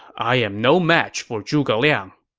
i am no match for zhuge liang!